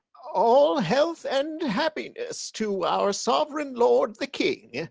all health and happiness to our sovereign lord the king.